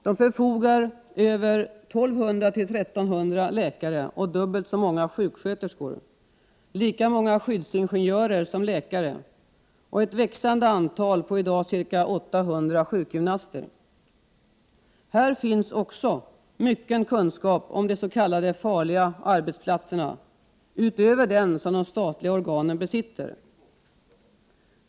De förfogar över 1 200-1 300 läkare, dubbelt så många sjuksköterskor, lika många skyddsingenjörer som läkare och ett växande antal sjukgymnaster — i dag ca 800. Här finns också mycken kunskap om de s.k. farliga arbetsplatserna utöver den som de statliga organen besitter.